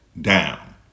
down